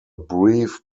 brief